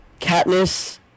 Katniss